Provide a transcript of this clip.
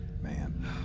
Man